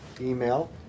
email